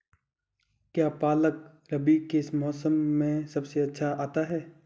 क्या पालक रबी के मौसम में सबसे अच्छा आता है?